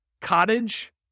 Cottage